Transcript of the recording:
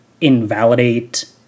invalidate